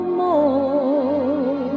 more